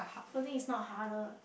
soldiering is not harder